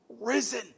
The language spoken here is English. risen